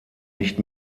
nicht